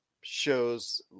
shows